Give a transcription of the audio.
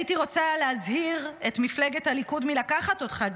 הייתי רוצה להזהיר את מפלגת הליכוד מלקחת אותך,